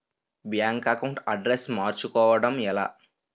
Bank account address మార్చుకోవడం ఎలా?